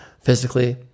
physically